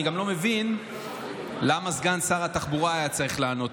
אני גם לא מבין למה סגן שר התחבורה היה צריך לענות